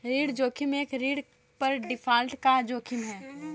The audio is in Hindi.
ऋण जोखिम एक ऋण पर डिफ़ॉल्ट का जोखिम है